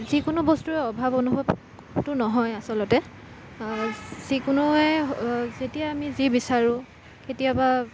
যিকোনো বস্তুৰে অভাৱ অনুভৱটো নহয় আচলতে যিকোনোৱে যেতিয়া আমি যি বিচাৰো কেতিয়াবা